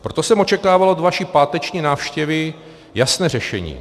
Proto jsem očekával od vaší páteční návštěvy jasné řešení.